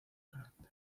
carácter